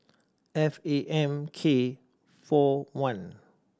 F A M K four one